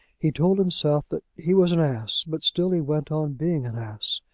he told himself that he was an ass but still he went on being an ass.